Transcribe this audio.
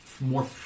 more